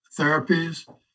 therapies